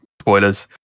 spoilers